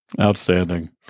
Outstanding